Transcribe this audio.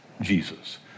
Jesus